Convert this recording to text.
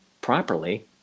properly